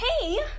Hey